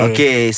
Okay